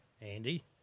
Andy